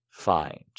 find